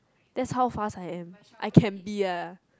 that how fast I am I can be a